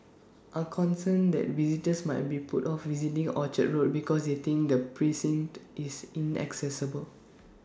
are concerned that visitors might be put off visiting Orchard road because they think the precinct is inaccessible